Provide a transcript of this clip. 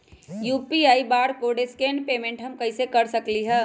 UPI barcode scan payment हम कईसे कर सकली ह?